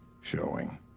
showing